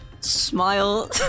smile